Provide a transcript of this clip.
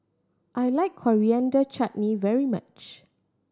I like Coriander Chutney very much